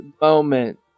moment